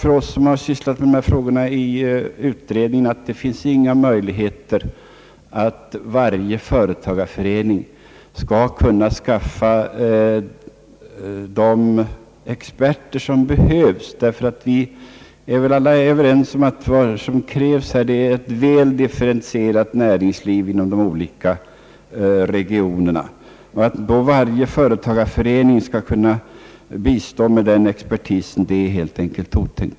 För oss som har sysslat med dessa frågor i utredningen står det tämligen klart att det inte finns några möjligheter att varje företagareförening skall kunna skaffa de experter som behövs, ty vi är väl alla överens om att vad som krävs är ett väl differentierat närings liv inom de olika regionerna. Det är helt enkelt otänkbart att varje företagareförening skall kunna bistå med den expertisen.